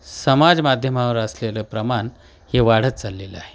समाज माध्यमावर असलेलं प्रमाण हे वाढत चाललेलं आहे